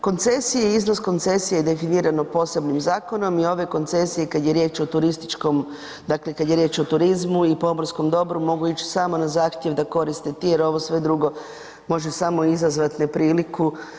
Koncesije i iznos koncesije je definirano posebnim zakonom i ove koncesije, kad je riječ o turističkom, dakle kad je riječ o turizmu i pomorskom dobru, mogu ići samo na zahtjev da koristite jer ovo sve drugo može samo izazvati nepriliku.